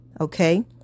Okay